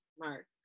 Mark